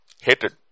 hated